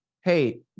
Hey